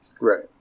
right